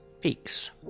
peaks